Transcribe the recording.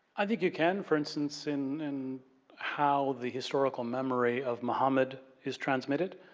i think you can, for instance, in and how the historical memory of mohammed is transmitted,